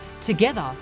Together